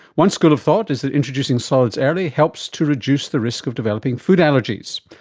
one school of thought is that introducing solids early helps to reduce the risk of developing food allergies.